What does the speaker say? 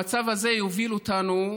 המצב הזה יוביל אותנו